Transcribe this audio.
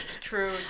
True